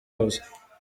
house